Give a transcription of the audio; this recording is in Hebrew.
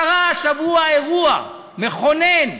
קרה השבוע אירוע מכונן.